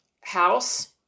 House